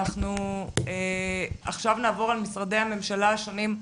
אנחנו עכשיו נעבור על משרדי הממשלה השונים.